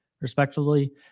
respectively